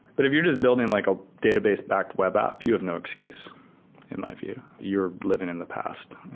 but if you're just building like a database-backed web app, you have no excuse in my view. you're living in the past,